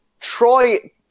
Troy